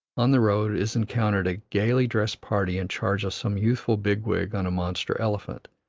on the road is encountered a gayly dressed party in charge of some youthful big-wig on a monster elephant.